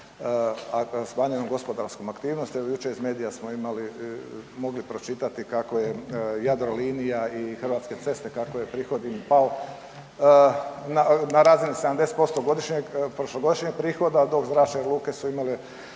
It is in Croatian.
smanjenom gospodarskom aktivnosti. Evo, jučer iz medija smo imali, mogli pročitati kako je Jadrolinija i Hrvatske ceste, kako je prihod im pao, na razini 70% godišnjeg prošlogodišnjeg prihoda, dok zračne luke su imale